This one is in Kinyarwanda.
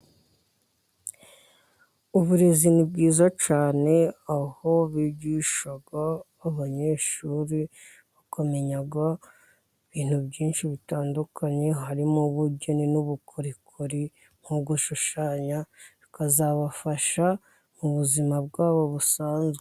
Uburezi ni bwiza cyane, aho bigisha abanyeshuri, bakamenya ibintuintu byinshi bitandukanye, harimo ubugeni n'ubukorikori, nko gushushanya bikazabafasha mubuzima, bwabo busanzwe.